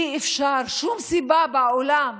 אי-אפשר, שום סיבה בעולם